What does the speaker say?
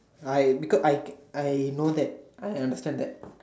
I because I I know that I understand that